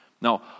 Now